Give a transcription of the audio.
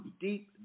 deep